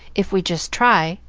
if we just try.